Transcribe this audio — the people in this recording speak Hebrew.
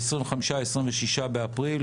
26 באפריל,